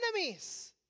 enemies